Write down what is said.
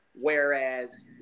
whereas